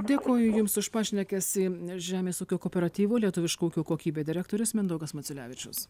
dėkoju jums už pašnekesį nes žemės ūkio kooperatyvo lietuviško ūkio kokybė direktorius mindaugas maciulevičius